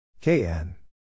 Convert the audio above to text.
Kn